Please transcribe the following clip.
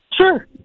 Sure